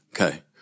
Okay